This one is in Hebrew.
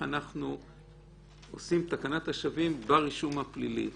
אנחנו עושים תקנת שבים ברישום הפלילי.